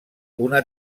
una